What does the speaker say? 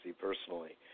personally